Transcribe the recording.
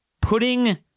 putting